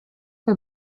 her